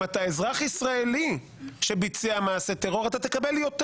אם אתה אזרח ישראלי שביצע מעשה טרור אתה תקבל יותר.